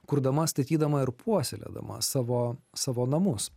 kurdama statydama ir puoselėdama savo savo namus